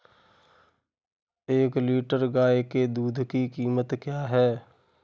एक लीटर गाय के दूध की कीमत क्या है?